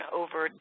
over